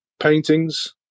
paintings